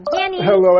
Hello